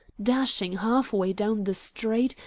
dashing half-way down the street,